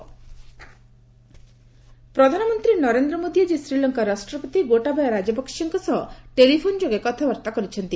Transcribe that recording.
PM ପ୍ରଧାନମନ୍ତ୍ରୀ ନରେନ୍ଦ୍ର ମୋଦୀ ଆଜି ଶ୍ରୀଲଙ୍କା ରାଷ୍ଟ୍ରପତି ଗୋଟାବାୟା ରାଜପକ୍ଷେଙ୍କ ସହ ଟେଲିଫୋନ୍ ଯୋଗେ କଥାବାର୍ତ୍ତା କରିଛନ୍ତି